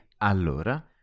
Allora